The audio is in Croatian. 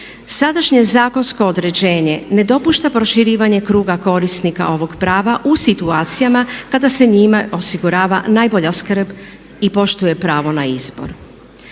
Sadašnje zakonsko određenje ne dopušta proširivanje kruga korisnika ovog prava u situacijama kada se njime osigurava najbolja skrb i poštuje pravo na izbor.